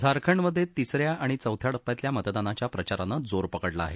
झारखंडमधे तिस या ओणि चौथ्या टप्प्यातल्या मतदानाच्या प्रचारानं जोर पकडला आहे